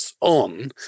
on